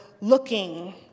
looking